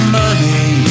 money